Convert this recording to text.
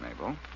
Mabel